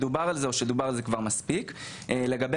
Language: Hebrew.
לגבי